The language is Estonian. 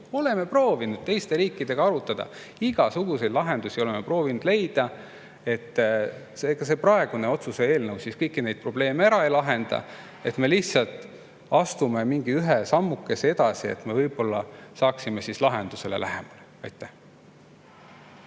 Oleme proovinud teiste riikidega arutada, igasuguseid lahendusi oleme proovinud leida. Ega see praegune otsuse eelnõu kõiki neid probleeme ära ei lahenda, me lihtsalt astume ühe sammukese edasi, et me võib-olla saaksime lahendusele lähemale. Teate,